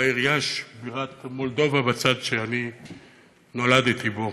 בעיר יאש, בירת מולדובה בצד שאני נולדתי בו.